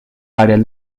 varias